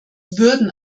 würden